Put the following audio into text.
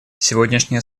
сегодняшнее